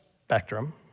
spectrum